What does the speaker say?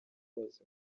bazi